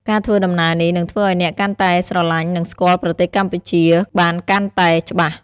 ការធ្វើដំណើរនេះនឹងធ្វើឱ្យអ្នកកាន់តែស្រលាញ់និងស្គាល់ប្រទេសកម្ពុជាបានកាន់តែច្បាស់។